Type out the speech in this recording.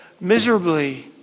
miserably